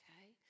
okay